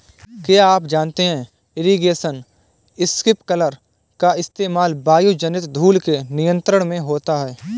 क्या आप जानते है इरीगेशन स्पिंकलर का इस्तेमाल वायुजनित धूल के नियंत्रण में होता है?